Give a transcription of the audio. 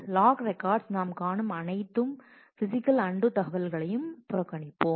lock records நாம் காணும் அனைத்து பிசிக்கல் அன்டூ தகவல்களையும் நாங்கள் புறக்கணிப்போம்